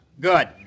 Good